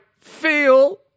feel